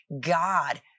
God